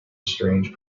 strange